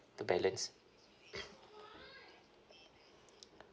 the balance